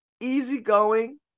easygoing